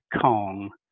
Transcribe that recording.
Kong